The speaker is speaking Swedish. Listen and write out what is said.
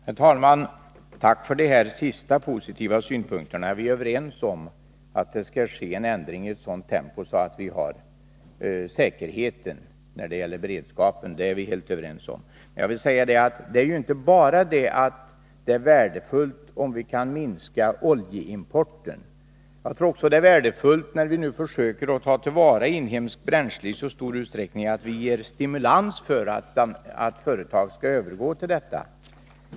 Herr talman! Tack för de här sista positiva synpunkterna. Vi är överens om att en ändring bör ske i sådant tempo att vi har trygghet när det gäller beredskapen. Vi är helt överens. Det är inte bara en minskad oljeimport som är värdefull. När vi nu i stor utsträckning försöker övergå till inhemska bränslen, är det också värdefullt att vi stimulerar företagen att övergå till sådana.